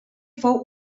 fou